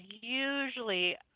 usually